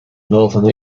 northern